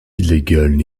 illegalen